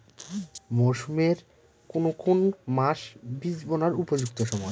মরসুমের কোন কোন মাস বীজ বোনার উপযুক্ত সময়?